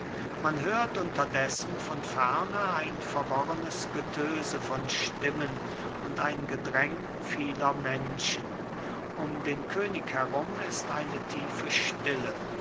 man hört unterdessen von ferne ein verworrenes getöse von stimmen und ein gedränge vieler menschen um den könig herum ist eine tiefe stille